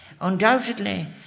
Undoubtedly